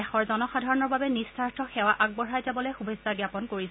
দেশৰ জনসাধাৰণৰ বাবে নিস্বাৰ্থ সেৱা আগবঢ়াই যাবলৈ শুভেচ্ছা জ্ঞাপন কৰিছে